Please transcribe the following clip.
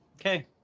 Okay